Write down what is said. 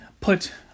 put